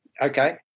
Okay